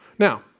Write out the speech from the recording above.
Now